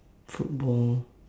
football